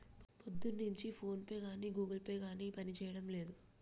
పొద్దున్నుంచి ఫోన్పే గానీ Google Pay గానీ పనిజేయడం లేదు